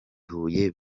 huye